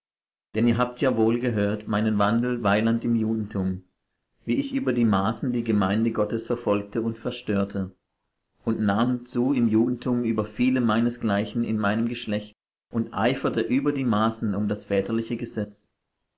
denn ihr habt ja wohl gehört meinen wandel weiland im judentum wie ich über die maßen die gemeinde gottes verfolgte und verstörte und nahm zu im judentum über viele meinesgleichen in meinem geschlecht und eiferte über die maßen um das väterliche gesetz